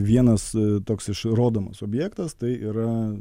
vienas toks išrodomas objektas tai yra